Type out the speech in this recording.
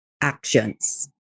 actions